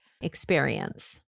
experience